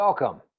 Welcome